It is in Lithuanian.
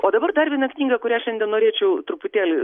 o dabar dar viena knyga kurią šiandien norėčiau truputėlį